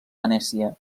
venècia